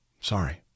Sorry